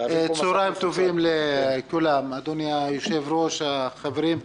צהריים טובים לכולם, אדוני היושב-ראש, חברים,